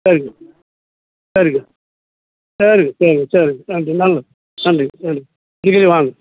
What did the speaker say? சரிங்க சரிங்க சரிங்க சரிங்க சரிங்க நன்றி நல்லது நன்றிங்க சரி அடிக்கடி வாங்க